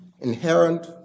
inherent